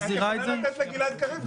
חשבתי שאני שייך לעדה האמריקנית המפוארת,